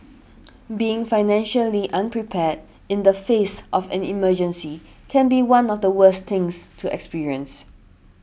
being financially unprepared in the face of an emergency can be one of the worst things to experience